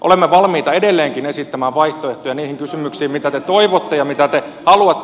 olemme valmiita edelleenkin esittämään vaihtoehtoja niihin kysymyksiin mitä te toivotte ja mitä te haluatte